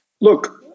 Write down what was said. Look